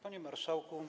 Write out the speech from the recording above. Panie Marszałku!